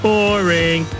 Boring